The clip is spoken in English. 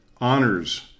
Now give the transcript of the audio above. honors